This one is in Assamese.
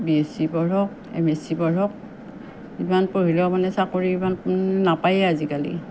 বি এছ চি পঢ়ক এম এছ চি পঢ়ক যিমান পঢ়িলেও মানে চাকৰি ইমান নাপায়ে আজিকালি